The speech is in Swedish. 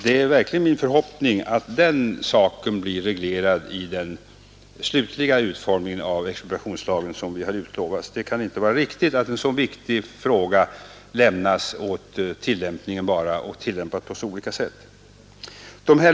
Det är verkligen min förhoppning att den saken blir reglerad i den slutliga utformning av expropriationslagen som vi har utlovats. Det kan inte vara riktigt att en så viktig fråga lämnas åt tillämpningen bara och tillämpas på så olika sätt.